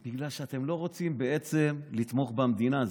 בגלל שאתם לא רוצים בעצם לתמוך במדינה.